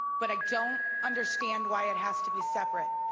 but i don't understand why it has to be separate.